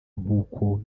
nk’uko